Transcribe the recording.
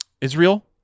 Israel